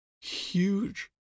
huge